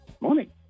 Morning